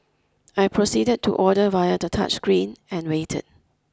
I proceeded to order via the touchscreen and waited